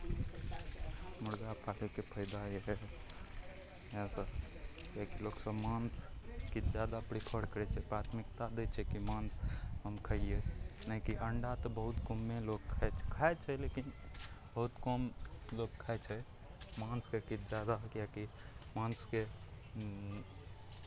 मुर्गा पालयके फायदा इएह इएहसभ किएकी लोकसभ माँस किछु जादा प्रिफर करै छै प्राथमिकता दै छै कि माँस हम खैयै नहि कि अण्डा तऽ बहुत कमे लोक खाइ छै खाइ छै लेकिन बहुत कम लोक खाइ छै माँसकेँ किछु ज्यादा ही किएकी माँसके